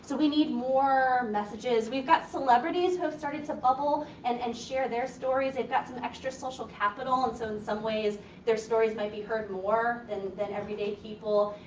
so we need more messages. we've got celebrities who've started to bubble and and share their stories. they've got some extra social capital and so in some ways their stories might be heard more than than every day people.